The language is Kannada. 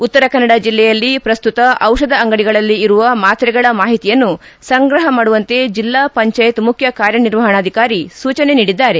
ಉತ್ತರ ಕನ್ನಡ ಜಿಲ್ಲೆಯಲ್ಲಿ ಪ್ರಸ್ತುತ ದಿಷಧ ಅಂಗಡಿಗಳಲ್ಲಿ ಇರುವ ಮಾತ್ರೆಗಳ ಮಾಹಿತಿಯನ್ನು ಸಂಗ್ರಪ ಮಾಡುವಂತೆ ಜಿಲ್ಲಾ ಪಂಚಾಯತ್ ಮುಖ್ಯ ಕಾರ್ಯನಿರ್ವಹಣಾಧಿಕಾರಿ ಸೂಚನೆ ನೀಡಿದ್ದಾರೆ